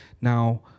Now